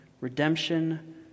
redemption